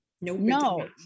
No